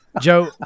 Joe